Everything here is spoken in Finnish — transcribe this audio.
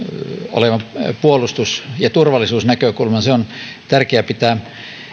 olevan puolustus ja turvallisuusnäkökulman ja se on tärkeä pitää